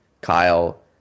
Kyle